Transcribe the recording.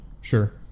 Sure